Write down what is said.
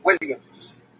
Williams